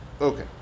okay